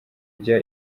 ijya